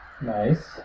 Nice